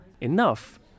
enough